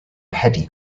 petty